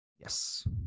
Yes